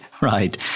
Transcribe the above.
right